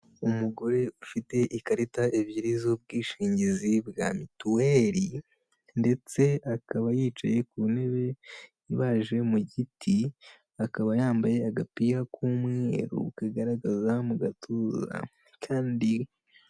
Umugore ufite ikarita ebyiri z'ubwishingizi bwa mituweli, ndetse akaba yicaye ku ntebe ibaje mu giti, akaba yambaye agapira k'umweru kagaragaza mu gatuza, kandi.